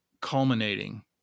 culminating